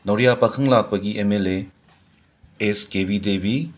ꯅꯥꯎꯔꯤꯌꯥ ꯄꯥꯈꯪꯂꯥꯛꯄꯒꯤ M L A S ꯀꯦꯕꯤ ꯗꯦꯕꯤ